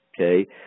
Okay